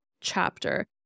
chapter